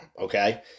okay